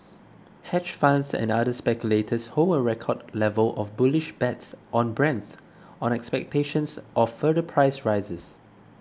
hedge funds and other speculators hold a record level of bullish bets on Brent on expectations of further price rises